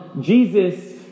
Jesus